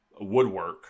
woodwork